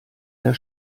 der